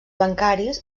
bancaris